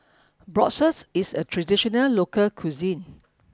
Bratwurst is a traditional local cuisine